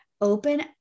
Open